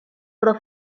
pro